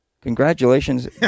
Congratulations